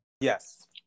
Yes